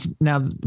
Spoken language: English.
Now